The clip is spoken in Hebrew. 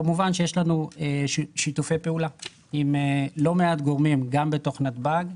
כמובן שיש לנו שיתופי פעולה עם לא מעט גורמים גם בתוך נתב"ג,